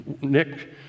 Nick